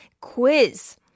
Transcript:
quiz